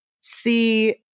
see